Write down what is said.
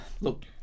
look